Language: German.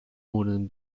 monaten